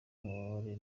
ububabare